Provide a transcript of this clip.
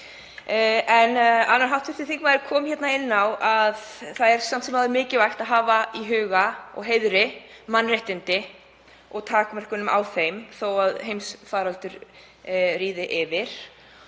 Annar hv. þingmaður kom inn á að það er samt sem áður mikilvægt að hafa í huga og heiðri mannréttindi og takmarkanir á þeim þó að heimsfaraldur ríði yfir.